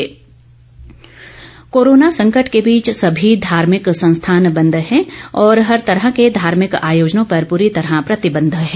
मेला corona संकट के बीच सभी धार्मिक संस्थान बंद है और हर तरह के धार्मिक आयोजनों पर पूरी तरह प्रतिबंध है